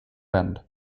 end